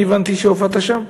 אני הבנתי שהופעת שם,